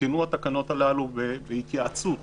התקנות הללו בהתייעצות